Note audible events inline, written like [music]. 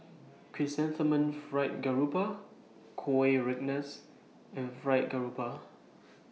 [noise] Chrysanthemum Fried Garoupa Kueh Rengas and Fried Garoupa